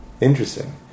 interesting